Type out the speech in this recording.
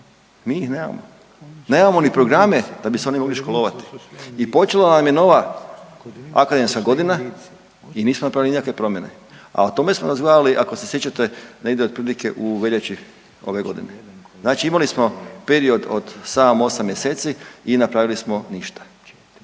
mi ih nemamo. Nemamo ni programe da bi se oni mogli školovati. I počela nam je nova akademska godina i nismo napravili nikakve promjene, a o tome smo razgovarali ako se sjećate negdje otprilike u veljači ove godine. Znači imali smo period od 7-8 mjeseci i napravili smo ništa.